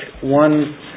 one